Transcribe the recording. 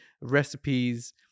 recipes